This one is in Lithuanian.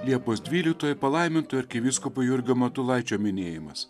liepos dvylitkoji palaiminto arkivyskupo jurgio matulaičio minėjimas